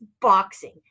boxing